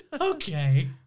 Okay